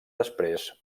després